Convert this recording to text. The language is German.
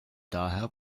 daher